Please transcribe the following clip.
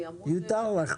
מותר לך.